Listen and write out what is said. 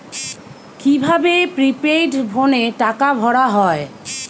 কি ভাবে প্রিপেইড ফোনে টাকা ভরা হয়?